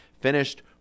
finished